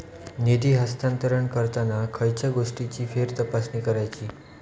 निधी हस्तांतरण करताना खयच्या गोष्टींची फेरतपासणी करायची?